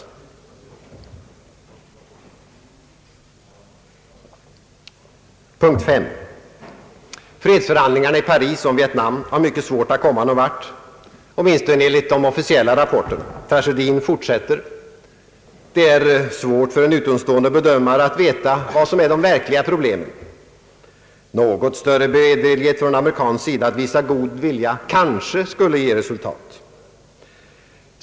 Den femte punkten rör fredsförhandlingarna i Paris om Vietnam, vilka har mycket svårt att komma någon vart, åtminstone enligt de officiella rapporterna. Tragedin fortsätter. Det är svårt för en utomstående bedömare att veta vilka som är de verkliga problemen. En något större beredvillighet från amerikansk sida att visa god vilja kanske skulle ge resultat.